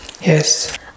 Yes